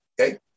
Okay